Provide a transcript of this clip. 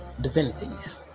divinities